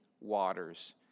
waters